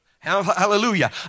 Hallelujah